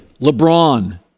LeBron